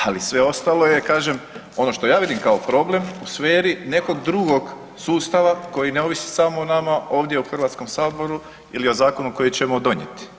Ali sve ostalo je kažem ono što ja vidim kao problem u sferi nekog drugog sustava koji ne ovisi samo o nama ovdje o HS-u ili o zakonu koji ćemo donijeti.